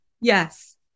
Yes